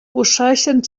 posseeixen